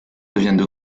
deviennent